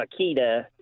Akita